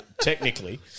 technically